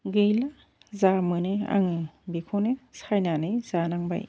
गैला जा मोनो आङो बेखौनो सायनानै जानांबाय